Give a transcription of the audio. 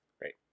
great